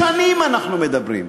שנים אנחנו מדברים,